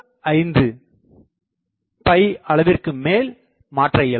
75அளவிற்கு மாற்ற இயலாது